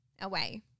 away